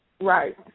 Right